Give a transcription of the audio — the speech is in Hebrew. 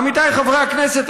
עמיתיי חברי הכנסת,